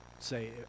Say